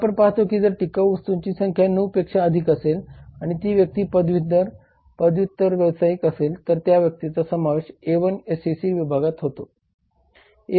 तर आपण पाहतो की जर टिकाऊ वस्तूंची संख्या 9 पेक्षा अधिक असेल आणि ती व्यक्ती पदवीधर पदव्युत्तर व्यावसायिक असेल तर त्या व्यक्तीचा समावेश A1 SEC विभागात होतो